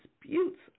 disputes